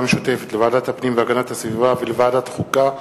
המשותפת לוועדת הפנים והגנת הסביבה ולוועדת החוקה,